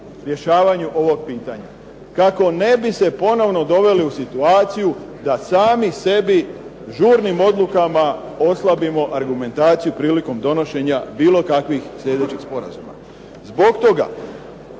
rješavanju ovog pitanja, kako ne bi se ponovno doveli u situaciju da sami sebi žurnim odlukama oslabimo argumentaciju prilikom donošenja bilo kakvih slijedećih sporazuma. Zbog toga